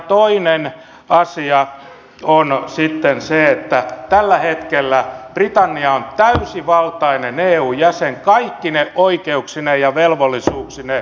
toinen asia on sitten se että tällä hetkellä britannia on täysivaltainen eun jäsen kaikkine oikeuksineen ja velvollisuuksineen